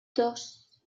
dos